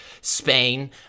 Spain